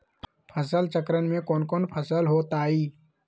फसल चक्रण में कौन कौन फसल हो ताई?